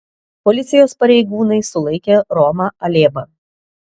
policijos pareigūnai sulaikė romą alėbą